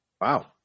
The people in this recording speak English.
Wow